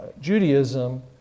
Judaism